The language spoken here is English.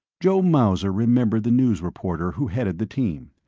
joe mauser remembered the news reporter who headed the team.